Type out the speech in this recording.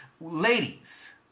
Ladies